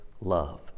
love